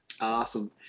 Awesome